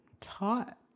taught